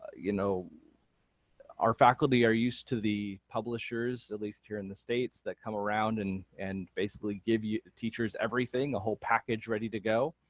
you know our faculty are used to the publishers at least here in the states that come around and and basically give teachers everything, a whole package ready to go,